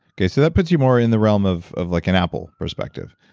okay, so that puts you more in the realm of of like an apple perspective,